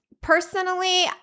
personally